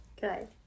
Good